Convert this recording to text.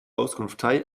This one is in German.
auskunftei